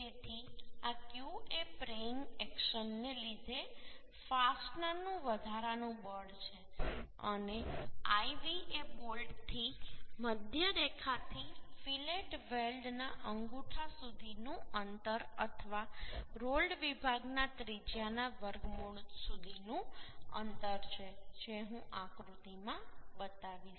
તેથી આ Q એ પ્રેઇંગ એક્શનને લીધે ફાસ્ટનરનું વધારાનું બળ છે અને lv એ બોલ્ટથી મધ્ય રેખાથી ફીલેટ વેલ્ડ ના અંગૂઠા સુધીનું અંતર અથવા રોલ્ડ વિભાગના ત્રિજ્યાના વર્ગ મૂળ સુધીનું અંતર છે જે હું આકૃતિમાં બતાવીશ